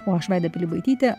o aš vaida pilibaitytė